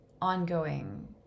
ongoing